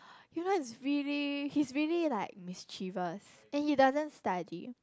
you know it's really he's really like mischievous and he doesn't study